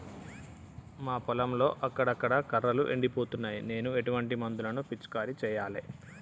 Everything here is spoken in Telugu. మా పొలంలో అక్కడక్కడ కర్రలు ఎండిపోతున్నాయి నేను ఎటువంటి మందులను పిచికారీ చెయ్యాలే?